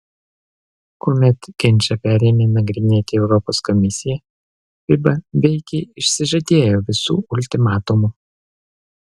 kuomet ginčą perėmė nagrinėti europos komisija fiba veikiai išsižadėjo visų ultimatumų